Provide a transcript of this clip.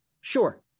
Sure